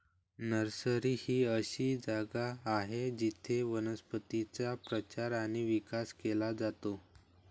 nursery ही अशी जागा आहे जिथे वनस्पतींचा प्रचार आणि विकास केला जातो